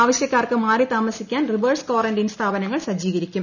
ആവശ്യക്കാർക്ക് മാറി താമസിക്കാൻ റിവേഴ്സ് ക്വാറന്റൈൻ സ്ഥാപനങ്ങൾ സജീകരിക്കും